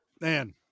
man